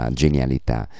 genialità